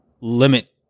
limit